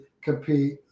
compete